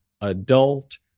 adult